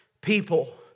people